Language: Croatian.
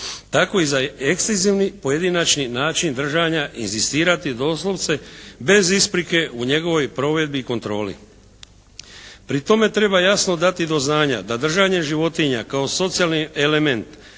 Tako i za ekstenzivni, pojedinačni način držanja inzistirati doslovce bez isprike u njegovoj provedbi i kontroli. Pri tome treba jasno dati do znanja da držanje životinja kao socijalni element